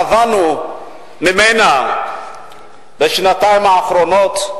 סבלנו ממנה בשנתיים האחרונות.